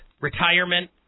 retirement